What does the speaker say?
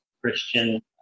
Christian